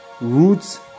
roots